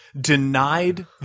denied